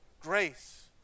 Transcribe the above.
Grace